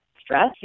stress